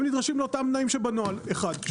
הם נדרשים לאותם תנאים שבנוהל, אחד.